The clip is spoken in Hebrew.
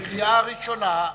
קריאה ראשונה.